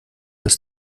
das